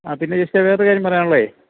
ആ പിന്നെ ജെസ്റ്റ്ൻ വേറൊരു കാര്യം പറയാനുള്ളത്